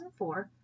2004